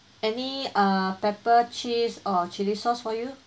any uh pepper cheese or chilli sauce for you